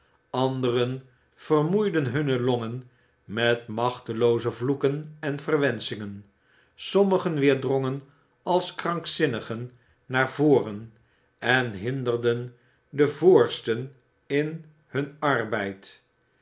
anderen vermoeiden hunne longen met machtelooze vloeken en verwenschingen sommigen weer drongen als krankzinnigen naar voren en hinderden de voorsten in hun arbeid